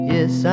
Yes